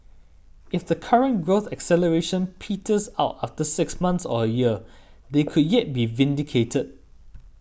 if the current growth acceleration peters out after six months or a year they could yet be vindicated